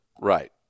Right